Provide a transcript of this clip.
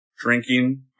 drinking